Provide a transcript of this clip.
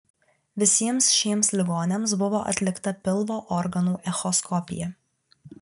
visiems šiems ligoniams buvo atlikta pilvo organų echoskopija